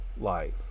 life